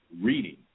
reading